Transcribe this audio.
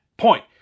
point